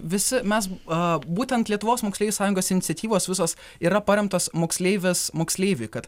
visi mes a būtent lietuvos moksleivių sąjungos iniciatyvos visos yra paremtos moksleivės moksleiviui kad